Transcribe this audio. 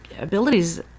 abilities